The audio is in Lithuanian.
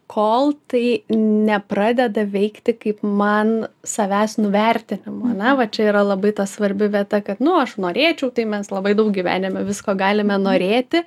kol tai nepradeda veikti kaip man savęs nuvertinimu ane va čia yra labai svarbi vieta kad nu aš norėčiau tai mes labai daug gyvenime visko galime norėti